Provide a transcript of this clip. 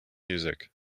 music